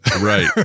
Right